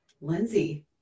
lindsey